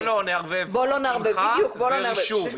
בואו לא נערבב שמחה ברישום,